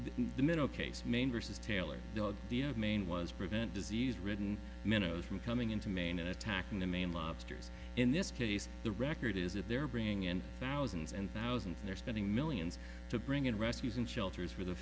the middle case maine vs taylor maine was prevent disease ridden minnows from coming into maine attacking the maine lobsters in this case the record is that they're bringing in thousands and thousands they're spending millions to bring in rescues and shelters for the